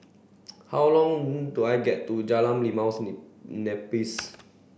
how long do I get to Jalan Limaus Nipis